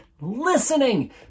listening